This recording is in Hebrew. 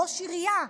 ראש עירייה,